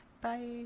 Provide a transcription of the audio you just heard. Bye